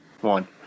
one